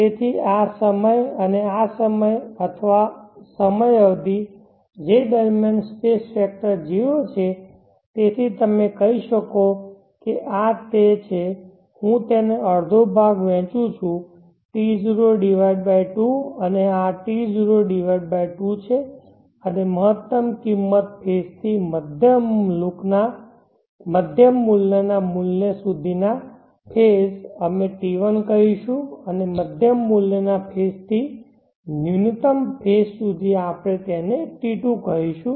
તેથી આ સમય અને આ સમય અથવા સમય અવધિ જે દરમ્યાન સ્પેસ વેક્ટર 0 છે તેથી તમે કહી શકો કે આ તે છે હું તેને અડધો ભાગ વહેંચું છું T02 અને આ T02 છે અને મહત્તમ કિંમત ફેઝ થી મધ્યમ મૂલ્યના સુધીના ફેઝ અમે T1 કહીશું અને મધ્યમ મૂલ્યના ફેઝથી ન્યૂનતમ ફેઝ સુધી આપણે તેને T2 કહીશું